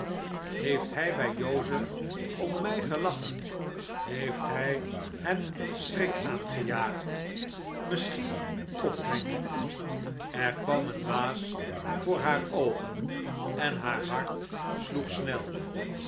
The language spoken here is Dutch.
heeft hij bij joseph om mij gelachen heeft hij hem schrik aangejaagd misschien komt hij niet er kwam een waas voor haar oogen en haar hart sloeg snel